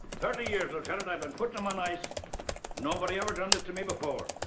twenty years, lieutenant, i've been putting them on ice nobody's ever done this to me before.